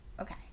okay